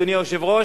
אדוני היושב-ראש,